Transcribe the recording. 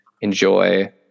enjoy